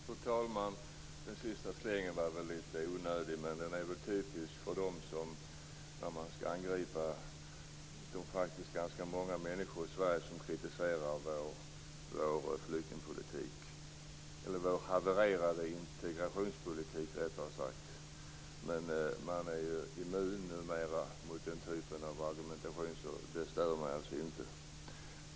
Fru talman! Den sista slängen var väl lite onödig, men den är typisk för angreppen på de faktiskt ganska många människor i Sverige som kritiserar vår flyktingpolitik - eller rättare sagt vår havererade integrationspolitik. Men man är ju immun numera mot den typen av argumentation. Det stör mig alltså inte.